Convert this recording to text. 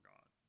God